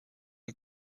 une